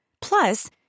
Plus